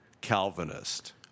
Calvinist